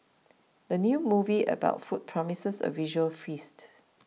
the new movie about food promises a visual feast